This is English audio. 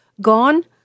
Gone